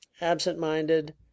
absent-minded